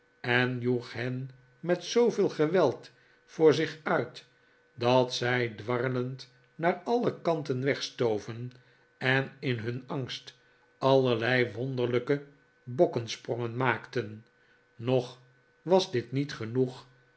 en joeg hen met zooveel geweld voor zich uit dat zij dwarrelend naar alle kanten wegstoven en in hun angst allerlei wonderlijke bokkesprongen maakten nog was dit niet genoeg